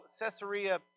Caesarea